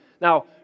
Now